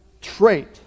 trait